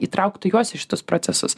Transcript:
įtrauktų juos į šitus procesus